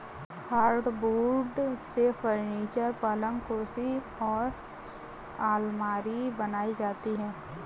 hardwood से furniture, पलंग कुर्सी और आलमारी बनाई जाती है